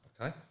Okay